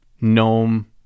gnome